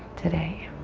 today.